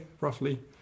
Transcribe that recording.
roughly